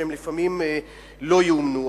שהם לפעמים לא ייאמנו.